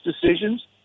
decisions